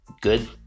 good